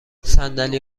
صندلی